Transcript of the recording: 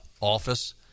office